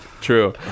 True